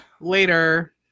later